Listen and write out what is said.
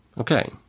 Okay